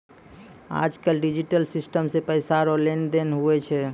आज कल digital system से पैसा रो लेन देन हुवै छै